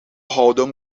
houden